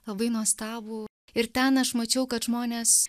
labai nuostabų ir ten aš mačiau kad žmonės